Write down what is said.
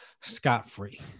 scot-free